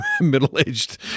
middle-aged